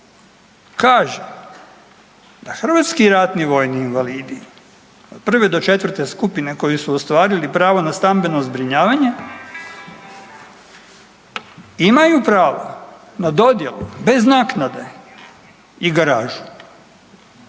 kaže da hrvatski ratni vojni invalidi od prve do četvrte skupine, koji su ostvarili pravo na stambeno zbrinjavanje imaju pravo na dodjelu, bez naknade i garažu.